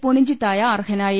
പുണിഞ്ചി ത്തായ അർഹനായി